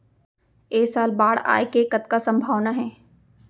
ऐ साल बाढ़ आय के कतका संभावना हे?